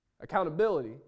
accountability